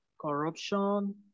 corruption